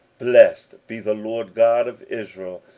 blessed be the lord god of israel,